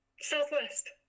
Southwest